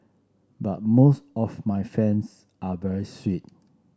but most of my fans are very sweet